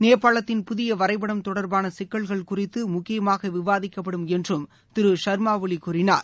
நேபாளத்தின் புதிய வரைபடம் தொடர்பான சிக்கல்கள் குறித்து முக்கியமாக விவாதிக்கப்படும் என்று திரு ஷர்மா ஒலி கூறினார்